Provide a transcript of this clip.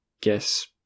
guess